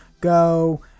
go –